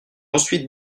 ensuite